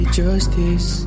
justice